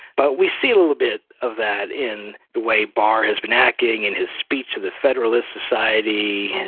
but we see a little bit of that in the way barr has been acting in his speech to the federalist society.